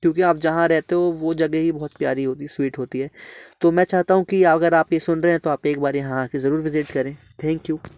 क्योंकि आप जहाँ रहते हो वो जगह ही बहुत प्यारी होगी स्वीट होती है तो मैं चाहता हूँ कि अगर आप ये सुन रहे हैं तो आप एक बार यहाँ आके जरुर विजिट करें थैंक्यू